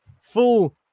full